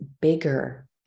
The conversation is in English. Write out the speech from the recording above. bigger